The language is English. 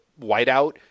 whiteout